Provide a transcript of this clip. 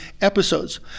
episodes